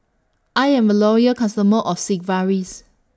I'm A Loyal customer of Sigvaris